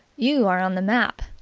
you are on the map.